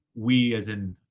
we, as in